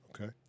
Okay